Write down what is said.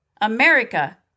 America